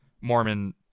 Mormon